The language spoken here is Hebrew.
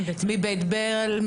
מבית ברל,